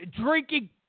drinking